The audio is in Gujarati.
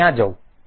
હુ ત્યાં જાઉં